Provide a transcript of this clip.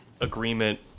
agreement